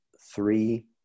three